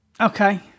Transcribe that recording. Okay